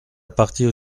partir